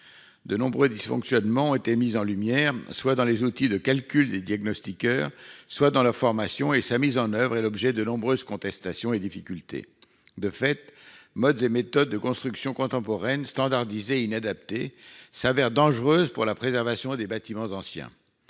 De nombreux dysfonctionnements été mises en lumière soit dans les outils de calcul des diagnostiqueurs soit dans la formation et sa mise en oeuvre est l'objet de nombreuses contestations et difficultés de fait mode et méthodes de construction contemporaine standardisées inadaptées s'avère dangereuse pour la préservation des bâtiments anciens.